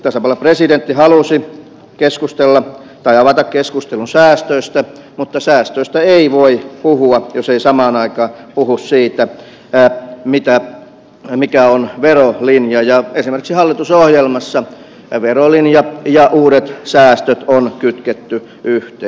tasavallan presidentti halusi keskustella tai avata keskustelun säästöistä mutta säästöistä ei voi puhua jos ei samaan aikaan puhu siitä mikä on verolinja ja esimerkiksi hallitusohjelmassa verolinja ja uudet säästöt on kytketty yhteen